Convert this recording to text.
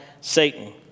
Satan